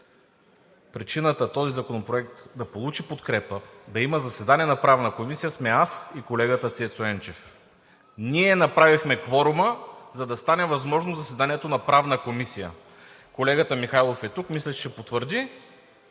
причината този законопроект да получи подкрепа, да има заседание на Правната комисия сме аз и колегата Цецо Енчев. Ние направихме кворума, за да стане възможно заседанието на Правната комисия –колегата Михайлов е тук, мисля, че ще потвърди,